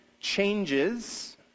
changes